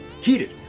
Heated